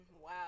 wow